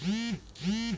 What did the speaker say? um